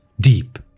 deep